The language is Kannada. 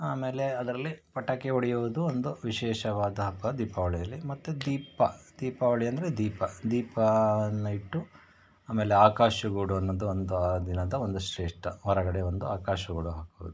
ಆಮೇಲೆ ಅದರಲ್ಲಿ ಪಟಾಕಿ ಹೊಡೆಯುವುದು ಒಂದು ವಿಶೇಷವಾದ ಹಬ್ಬ ದೀಪಾವಳಿಯಲ್ಲಿ ಮತ್ತು ದೀಪ ದೀಪಾವಳಿ ಅಂದರೆ ದೀಪ ದೀಪ ಅನ್ನು ಇಟ್ಟು ಆಮೇಲೆ ಆಕಾಶ ಗೂಡು ಅನ್ನೋದು ಒಂದು ಆ ದಿನದ ಒಂದು ಶ್ರೇಷ್ಠ ಹೊರಗಡೆ ಒಂದು ಆಕಾಶ ಗೂಡು ಹಾಕುವುದು